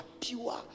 pure